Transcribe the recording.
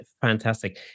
Fantastic